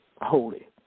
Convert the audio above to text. holy